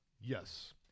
Yes